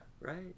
Right